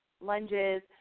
lunges